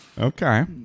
Okay